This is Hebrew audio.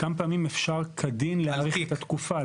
כמה פעמים אפשר כדין להאריך את התקופה.